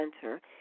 center